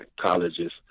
colleges